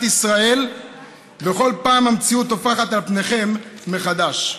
ישראל וכל פעם המציאות טופחת על פניכם מחדש.